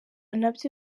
nabyo